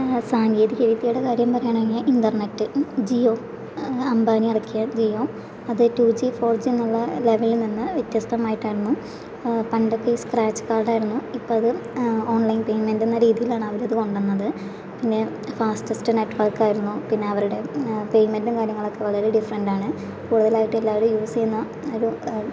സാങ്കേതികവിദ്യയുടെ കാര്യം പറയുകയാണെങ്കില് ഇൻ്റർനെറ്റ് ജിയോ അംബാനി ഇറക്കിയ ജിയോ അത് ടൂ ജി ഫോർ ജി എന്നുള്ള ലെവലിൽനിന്ന് വ്യത്യസ്തമായിട്ടായിരുന്നു പണ്ടൊക്കെ ഈ സ്ക്രാച്ച് കാർഡായിരുന്നു ഇപ്പോൾ അത് ഓൺലൈൻ പേയ്മെന്റ് എന്ന രീതിയിലാണ് അവരിത് കൊണ്ടുവന്നത് പിന്നെ ഫാസ്റ്റെസ്റ്റ് നെറ്റ്വർക്ക് ആയിരുന്നു പിന്നെ അവരുടെ പേയ്മെന്റും കാര്യങ്ങളൊക്കെ വളരെ ഡിഫ്രന്റാണ് കൂടുതലായിട്ട് എല്ലാവരും യൂസ് ചെയ്യുന്ന ഒരു